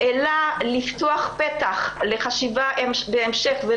אלא לפתוח פתח לחשיבה בהמשך.